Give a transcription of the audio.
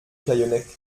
callennec